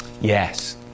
Yes